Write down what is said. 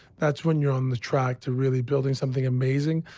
that's when you're on the track to really building something amazing,